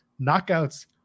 Knockouts